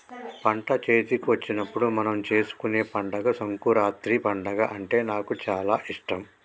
పంట చేతికొచ్చినప్పుడు మనం చేసుకునే పండుగ సంకురాత్రి పండుగ అంటే నాకు చాల ఇష్టం